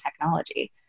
technology